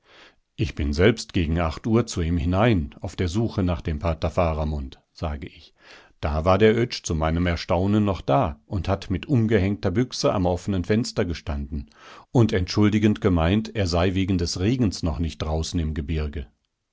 ich bin selbst gegen acht uhr zu ihm hinein auf der suche nach dem pater faramund sage ich da war der oetsch zu meinem erstaunen noch da und hat mit umgehängter büchse am offenen fenster gestanden und entschuldigend gemeint er sei wegen des regens noch nicht draußen im gebirge